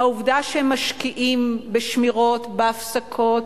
העובדה שהם משקיעים בשמירות בהפסקות,